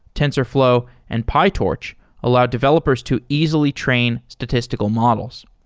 tensorflow, and pytorch allow developers to easily train statistical models.